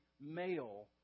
male